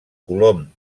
colom